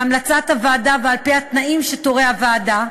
בהמלצת הוועדה ועל-פי התנאים שתורה הוועדה,